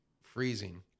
freezing